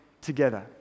together